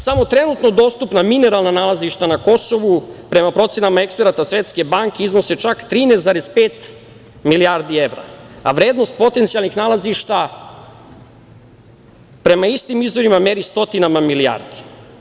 Samo trenutno dostupna mineralna nalazišta na Kosovu, prema procenama eksperata Svetske banke, iznose čak 13,5 milijardi evra, a vrednost potencijalnih nalazišta, prema istim izvorima, meri stotinama milijardi.